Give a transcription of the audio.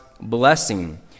blessing